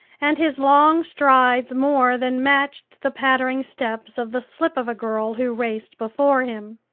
and his long strides more than matched the pattering steps of the slip of a girl who raced before him.